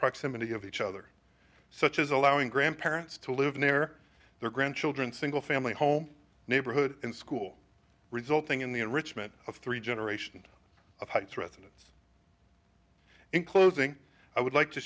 proximity of each other such as allowing grandparents to live near their grandchildren single family home neighborhood school resulting in the enrichment of three generations of heights residents in closing i would like to